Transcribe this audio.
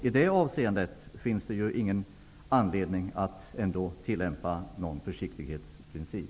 I det avseendet finns det ändå ingen anledning att tillämpa någon försiktighetsprincip.